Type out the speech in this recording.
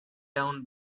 down